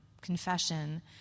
confession